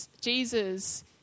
Jesus